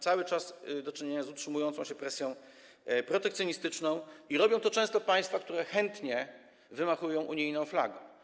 Cały czas mamy do czynienia z utrzymującą się presją protekcjonistyczną i robią to często państwa, które chętnie wymachują unijną flagą.